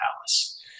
Palace